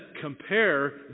compare